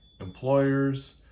employers